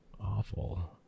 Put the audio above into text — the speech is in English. awful